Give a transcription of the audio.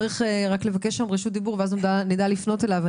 צריך רק לבקש שם רשות דיבור ואז נדע לפנות אליכם.